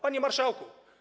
Panie Marszałku!